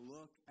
Look